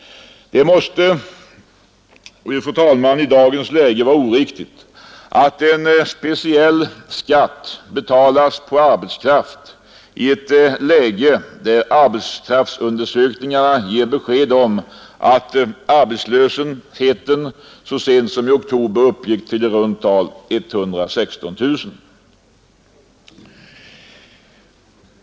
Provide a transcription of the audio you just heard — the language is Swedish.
Det måste, fru talman, vara oriktigt att en speciell skatt betalas på arbetskraft i ett läge där arbetskraftsundersökningarna ger besked om att antalet arbetslösa så sent som i oktober uppgick till i runt tal 116 000.